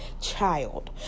child